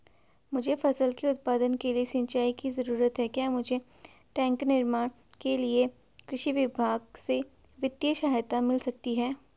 मुझे फसल के उत्पादन के लिए सिंचाई की जरूरत है क्या मुझे टैंक निर्माण के लिए कृषि विभाग से वित्तीय सहायता मिल सकती है?